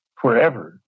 forever